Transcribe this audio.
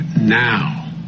now